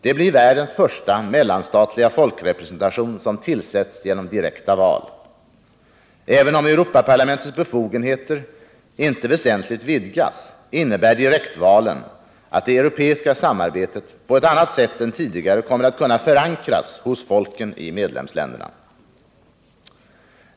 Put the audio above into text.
Det blir världens första mellanstatliga folkrepresentation som tillsätts genom direkta val. Även om Europaparlamentets befogenheter inte väsentligt vidgas, innebär direktvalen att det europeiska samarbetet på ett annat sätt än tidigare kommer att kunna förankras hos folken i medlemsländerna.